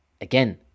again